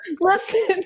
Listen